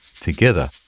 together